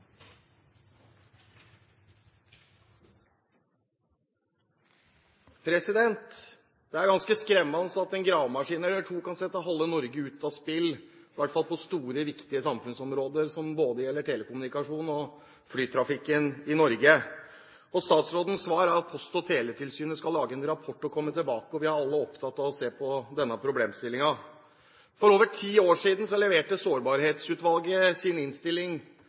Det er ganske skremmende at en gravemaskin eller to kan sette halve Norge ut av spill, i hvert fall når det gjelder store, viktige samfunnsområder i Norge som både telekommunikasjon og flytrafikk. Statsrådens svar er at Post- og teletilsynet skal lage en rapport og komme tilbake, og at vi alle er opptatt av å se på denne problemstillingen. For over ti år siden leverte Sårbarhetsutvalget sin innstilling